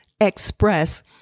express